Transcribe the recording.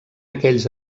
aquells